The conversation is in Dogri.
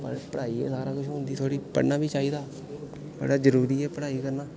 पढ़ाई गै सारा किश होंदी थोड़ी पढ़ना बी चाहिदा बड़ा जरूरी ऐ पढ़ाई करना